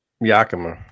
Yakima